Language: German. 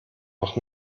noch